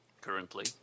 currently